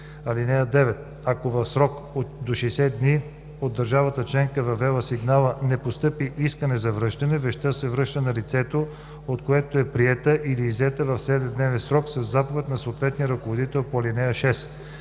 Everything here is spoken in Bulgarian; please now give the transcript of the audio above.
6. (9) Ако в срок до 60 дни от държавата членка, въвела сигнала, не постъпи искане за връщане, вещта се връща на лицето, от което е приета или иззета, в 7-дневен срок със заповед на съответния ръководител по ал. 6.